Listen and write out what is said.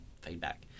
feedback